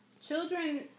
children